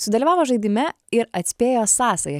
sudalyvavo žaidime ir atspėjo sąsają